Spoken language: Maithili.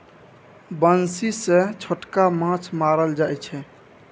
बंसी सँ छोटका माछ मारल जाइ छै